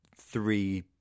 three